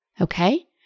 Okay